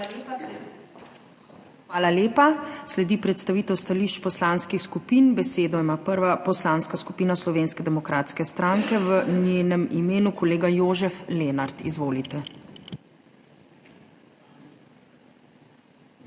Hvala lepa. Sledi predstavitev stališč poslanskih skupin. Prva ima besedo Poslanska skupina Slovenske demokratske stranke, v njenem imenu kolega Jožef Lenart. Izvolite.